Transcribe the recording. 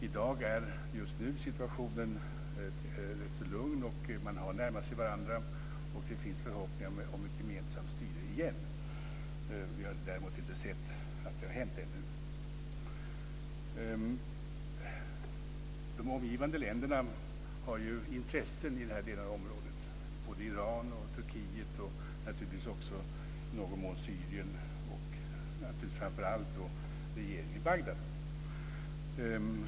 Just nu är situationen rätt så lugn. Man har närmat sig varandra, och det finns förhoppningar om ett gemensamt styre igen. Vi har däremot inte sett att det har blivit något sådant ännu. De omgivande länderna har ju intressen i det här området. Det gäller Iran, Turkiet och i någon mån Syrien och naturligtvis framför allt regeringen i Bagdad.